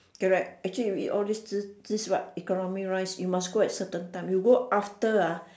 correct actually we all this this what economy rise you must go at certain time you go after ah